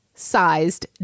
sized